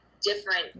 different